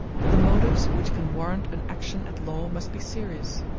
but the motives which can warrant an action at law must be serious.